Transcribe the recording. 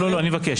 לא, אני מבקש.